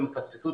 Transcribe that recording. תשפ"א,